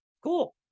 Cool